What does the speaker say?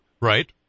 Right